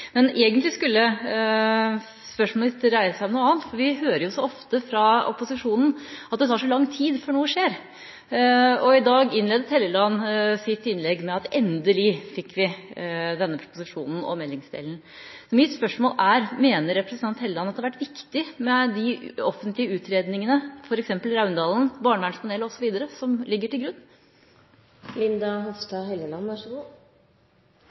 Men egentlig skulle spørsmålet mitt dreie seg om noe annet. Vi hører jo ofte fra opposisjonen at det tar så lang tid før noe skjer. I dag innledet Hofstad Helleland sitt innlegg med å si at vi endelig fikk denne proposisjonen. Mitt spørsmål er: Mener representanten Hofstad Helleland at det har vært viktig med de offentlige utredningene, f.eks. Raundalen-utvalget, barnevernspanelet osv., som ligger til grunn?